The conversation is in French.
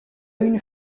une